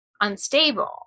unstable